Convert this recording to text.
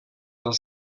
del